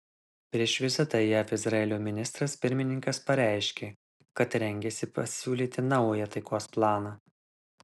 prieš vizitą į jav izraelio ministras pirmininkas pareiškė kad rengiasi pasiūlyti naują taikos planą